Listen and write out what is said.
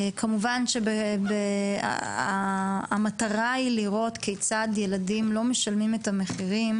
כמובן שהמטרה היא לראות כיצד ילדים לא משלמים את המחירים